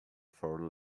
four